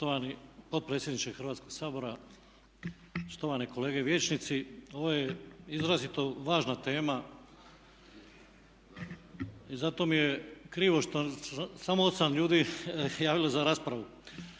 Štovani potpredsjedniče Hrvatskog sabora, štovane kolege vijećnici. Ovo je izrazito važna tema i zato mi je krivo što se samo 8 ljudi javilo za raspravu.